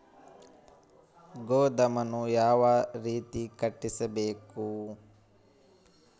ಗೋದಾಮನ್ನು ಯಾವ ರೇತಿ ಕಟ್ಟಿಸಬೇಕು?